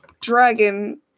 dragon